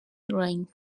reign